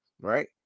Right